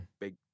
big